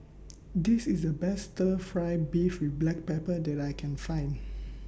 This IS The Best Stir Fry Beef with Black Pepper that I Can Find